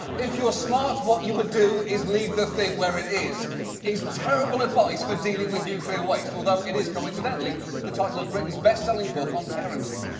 if you're smart, what you would do is leave the thing where it is is terrible advice for dealing with nuclear waste. although, it is coincidentally the title of britain's bestselling book on parenting.